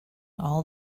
all